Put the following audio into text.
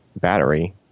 battery